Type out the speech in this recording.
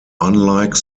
unlike